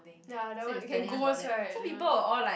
ya that one you can ghost right uh